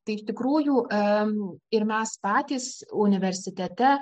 tai ištikrųjų ertmių ir mes patys universitete